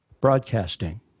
broadcasting